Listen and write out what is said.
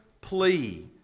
plea